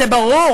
זה ברור.